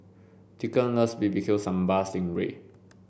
Deacon loves B B Q Sambal Sting Ray